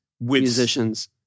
musicians